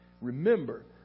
remember